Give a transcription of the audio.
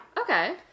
Okay